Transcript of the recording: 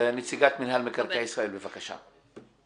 נציגת מינהל מקרקעי ישראל, בבקשה.